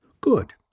Good